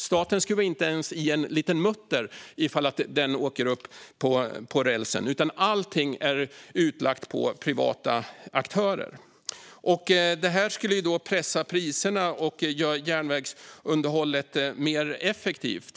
Statens skruvar inte ens i en liten mutter om den lossnar från rälsen, utan allting är utlagt på privata aktörer. Avregleringen skulle pressa priserna och göra järnvägsunderhållet mer effektivt.